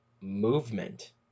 movement